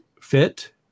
fit